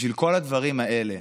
בשביל כל הדברים האלה,